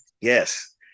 yes